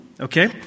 Okay